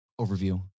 overview